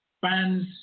fans